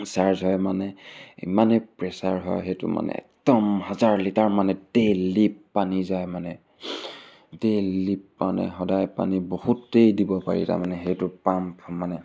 charge হয় মানে ইমানে প্ৰেচাৰ হয় সেইটো মানে একদম হাজাৰ লিটাৰ মানে ডেইলি পানী যায় মানে ডেইলি মানে সদায় পানী বহুতেই দিব পাৰি তাৰমানে সেইটো পাম্প মানে